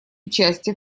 участие